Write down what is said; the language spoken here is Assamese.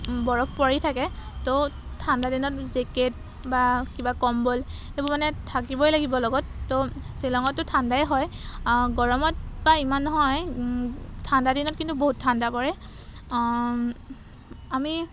বৰফ পৰি থাকে তো ঠাণ্ডা দিনত জেকেট বা কিবা কম্বল সেইবোৰ মানে থাকিবই লাগিব লগত তো শ্বিলঙতো ঠাণ্ডাই হয় গৰমত বা ইমান নহয় ঠাণ্ডা দিনত কিন্তু বহুত ঠাণ্ডা পৰে আমি